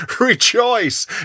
Rejoice